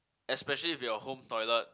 especially if your home toilet